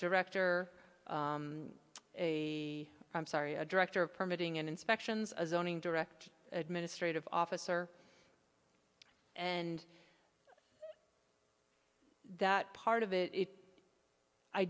director a i'm sorry a director of permitting and inspections a zoning direct administrative officer and that part of it i